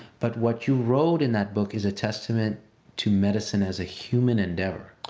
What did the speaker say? but what you wrote in that book is a testament to medicine as a human endeavor.